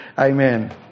Amen